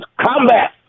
combat